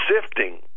sifting